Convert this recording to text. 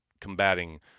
combating